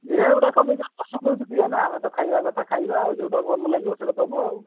ଯେ ଗୁଡ଼ାକ ନିଜର ପସନ୍ଦ ହେଉଛି ଦିଅନା ଆମେ ତ ଖାଇବା କଥା ଖାଇବା ଆଉ ଯେଉଁଟା ଭଲ ଲାଗିବ ସେଇଟା ଦେବ ଆଉ